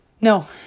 no